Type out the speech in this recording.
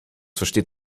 versteht